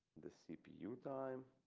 the cpu time.